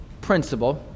principle